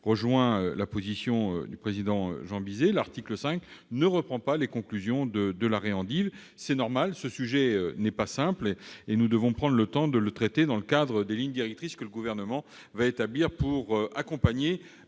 rejoins la position du président Jean Bizet : l'article 5 ne reprend pas les conclusions de cet arrêt. Il est vrai que ce sujet n'est pas simple, et nous devons prendre le temps de le traiter dans le cadre des lignes directrices que le Gouvernement établira pour accompagner